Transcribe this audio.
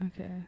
okay